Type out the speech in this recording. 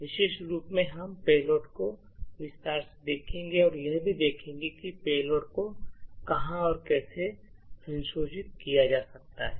विशेष रूप से हम पेलोड को विस्तार से देखेंगे और यह भी देखेंगे कि पेलोड को कहाँ और कैसे संशोधित किया जा सकता है